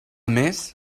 més